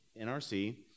NRC